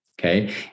okay